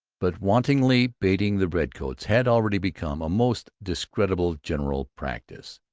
but wantonly baiting the redcoats had already become a most discreditable general practice.